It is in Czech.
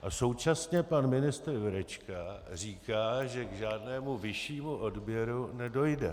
A současně pan ministr Jurečka říká, že k žádnému vyššímu odběru nedojde.